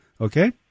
okay